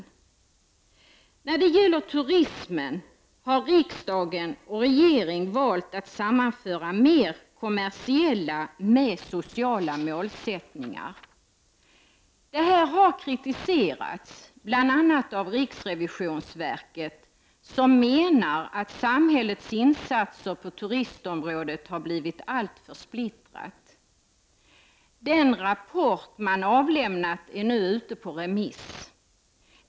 När det gäller turismen har riksdag och regering valt att sammanföra mer kommersiella och sociala målsättningar. Det här har kritiserats, bl.a. av riksrevisionsverket, där man menar att samhällets insatser på turistområdet har blivit alltför splittrade. Den rapport som har avlämnats är nu ute på remiss.